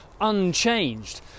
unchanged